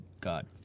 God